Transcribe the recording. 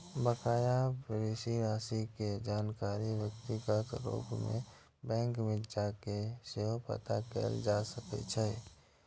बकाया ऋण राशि के जानकारी व्यक्तिगत रूप सं बैंक मे जाके सेहो पता कैल जा सकैए